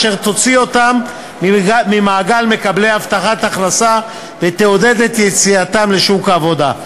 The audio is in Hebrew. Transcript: אשר תוציא אותם ממעגל מקבלי הבטחת הכנסה ותעודד את יציאתם לשוק העבודה.